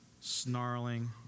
snarling